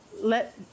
let